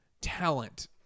talent